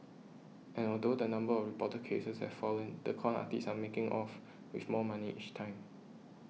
and although the number of reported cases has fallen the con artists are making off with more money each time